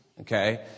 okay